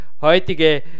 heutige